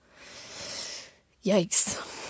Yikes